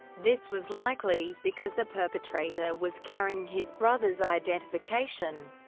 this was likely, because the perpetrator was carrying his brother's identification,